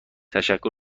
تشکر